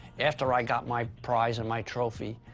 after i got my prize and my trophy,